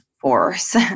force